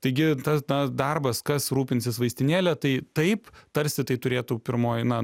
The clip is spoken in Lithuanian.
taigi tas na darbas kas rūpinsis vaistinėle tai taip tarsi tai turėtų pirmoji na